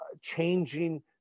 changing